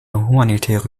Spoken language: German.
humanitäre